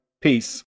Peace